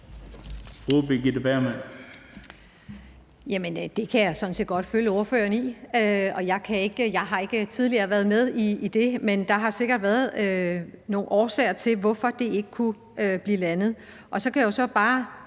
jeg sådan set godt følge ordføreren i. Jeg har ikke tidligere været med i det, men der har sikkert været nogle årsager til, hvorfor det ikke kunne blive landet.